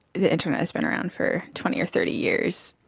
the internet has been around for twenty or thirty years.